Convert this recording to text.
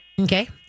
Okay